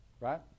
right